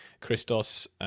Christos